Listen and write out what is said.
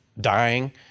dying